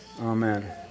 Amen